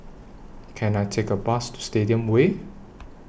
Can I Take A Bus to Stadium Way